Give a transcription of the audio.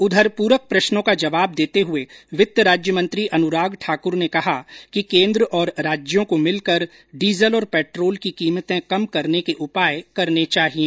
उधर पूरक प्रश्नों का जवाब देते हुए वित्त राज्यमंत्री अनुराग ठाक्र ने कहा कि केंद्र और राज्यों को मिलकर डीजल और पेट्रोल की कीमर्ते कम करने के उपाय करने चाहिए